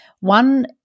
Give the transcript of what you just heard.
One